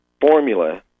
formula